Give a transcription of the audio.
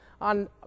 on